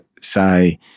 say